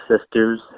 sisters